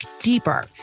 deeper